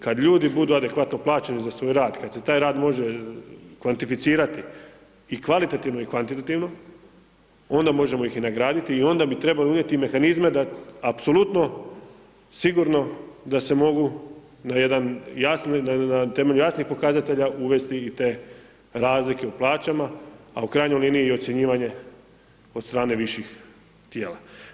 Kad ljudi budu adekvatno plaćeni za svoj rad, kad se taj rad može kvantificirati i kvalitativno i kvantitativno onda možemo ih i nagraditi i onda bi trebali unijeti mehanizme da apsolutno, sigurno, da se mogu na jedan jasni, na temelju jasnih pokazatelja uvesti i te razlike u plaćama, a u krajnjoj liniji i ocjenjivanje od strane viših tijela.